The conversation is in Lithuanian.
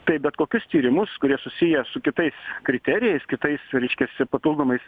tai bet kokius tyrimus kurie susiję su kitais kriterijais kitais reiškiasi papildomais